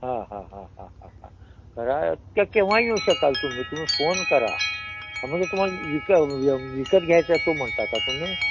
हां हां हां हां हां हां बघा ते केव्हाही येऊ शकाल तुम्ही तुम्ही फोन करा म्हणजे तुम्हाला विक विकत घ्यायचा आहे तो म्हणता का तुम्ही